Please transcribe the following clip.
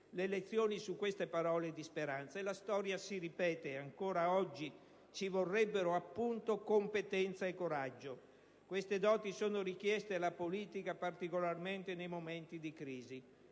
le elezioni su queste parole di speranza. La storia si ripete. Anche oggi ci vorrebbero, appunto, competenza e coraggio. Queste doti sono richieste alla politica particolarmente nei momenti di crisi.